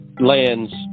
lands